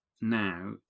now